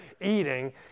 eating